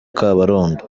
kabarondo